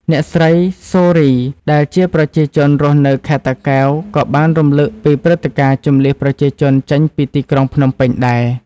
អ្នកស្រី សូ រី ដែលជាប្រជាជនរស់នៅខេត្តតាកែវក៏បានរំឭកពីព្រឹត្តិការណ៍ជម្លៀសប្រជាជនចេញពីទីក្រុងភ្នំពេញដែរ។